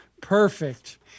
perfect